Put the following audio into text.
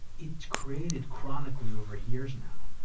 it's created, chronically over years now,